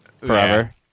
forever